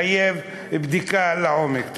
וכל תהליך קבלת ההחלטות הזה מחייב בדיקה לעומק.